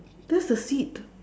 that's the seat